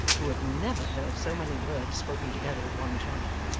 who had never heard so many words spoken together at one time,